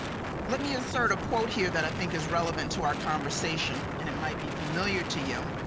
let me assert a quote here that i think is relevant to our conversation and it might be familiar to you.